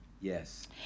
Yes